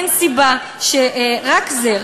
אין סיבה שרק זה,